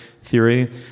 theory